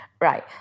Right